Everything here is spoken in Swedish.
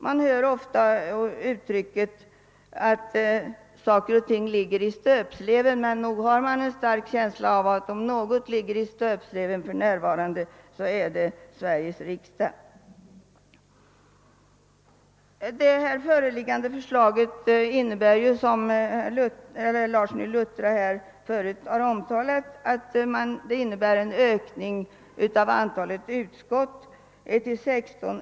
Det sägs ofta om saker och ting att de ligger i stöpsleven. Nog har man en stark känsla av att om någonting för närvarande ligger i stöpsleven så är det Sveriges riksdag. Föreliggande förslag innebär, som herr Larsson i Luttra tidigare omtalat, en ökning av antalet utskott till 16.